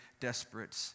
desperate